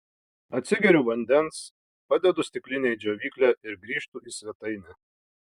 atsigeriu vandens padedu stiklinę į džiovyklę ir grįžtu į svetainę